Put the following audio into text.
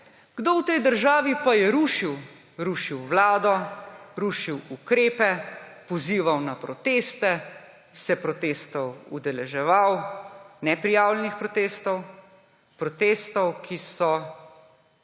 kdo v tej državi pa je rušil − rušil vlado, rušil ukrepe, pozival na proteste, se protestov udeleževal, neprijavljenih protestov, protestov, ki so